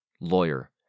lawyer